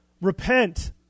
Repent